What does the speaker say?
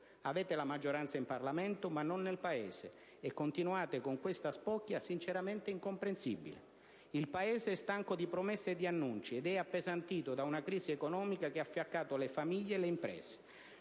Avete la maggioranza in Parlamento, ma non nel Paese e continuate con questa spocchia sinceramente incomprensibile. Il Paese è stanco di promesse e di annunci ed è appesantito da una crisi economica che ha fiaccato le famiglie e le imprese.